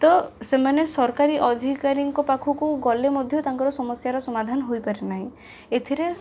ତ ସେମାନେ ସରକାରୀ ଅଧିକାରୀଙ୍କ ପାଖୁକୁ ଗଲେ ମଧ୍ୟ ତାଙ୍କର ସମସ୍ୟାର ସମାଧାନ ହୋଇପାରେ ନାହିଁ ଏଥିରେ